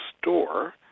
Store